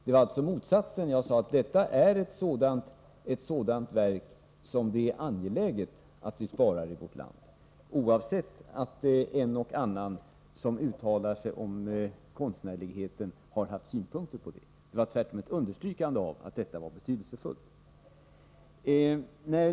Jag sade alltså att det här var fråga om motsatsen: Ett sådant verk som det är angeläget att vi sparar i vårt land, oavsett att en och annan som uttalar sig om konstnärligheten har haft synpunkter härpå. Jag underströk således att detta verk är betydelsefullt.